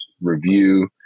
review